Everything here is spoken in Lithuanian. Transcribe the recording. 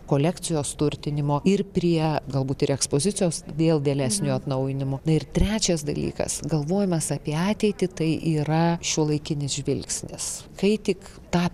kolekcijos turtinimo ir prie galbūt ir ekspozicijos dėl vėlesnio atnaujinimo na ir trečias dalykas galvojimas apie ateitį tai yra šiuolaikinis žvilgsnis kai tik tą